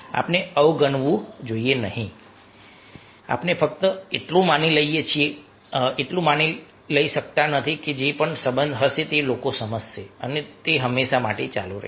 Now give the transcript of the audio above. આપણે અવગણવું જોઈએ નહીં કે આપણે ફક્ત એટલું માની લઈ શકીએ નહીં કે જે પણ સંબંધ હશે તે લોકો સમજશે અને તે હંમેશ માટે ચાલુ રહેશે